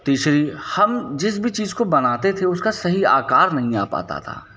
तीसरी हम जिस भी चीज़ को बनाते थे उसका सही आकार नहीं आ पाता था